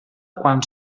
quan